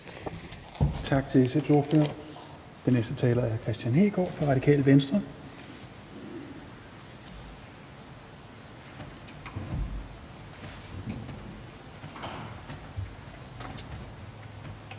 Tak til SF's ordfører. Den næste taler er hr. Kristian Hegaard fra Radikale Venstre.